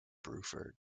bruford